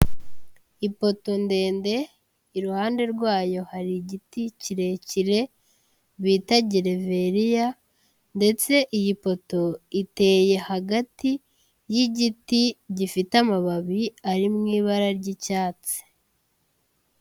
Ipoto ndende, iruhande rwayo hari igiti kirekire bita gereveriya ndetse iyi poto iteye hagati y'igiti gifite amababi ari mu ibara ry'icyatsi.